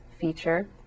feature